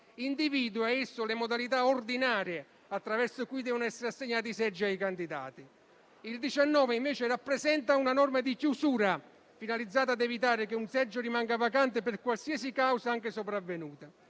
individua le modalità ordinarie attraverso cui devono essere assegnati i seggi ai candidati. L'articolo 19, invece, rappresenta una norma di chiusura finalizzata a evitare che un seggio rimanga vacante per qualsiasi causa, anche sopravvenuta.